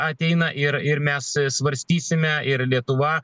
ateina ir ir mes svarstysime ir lietuva